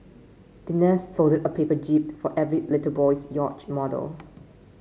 the nurse folded a paper jib for every little boy's yacht model